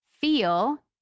feel